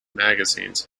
magazines